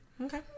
Okay